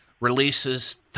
releases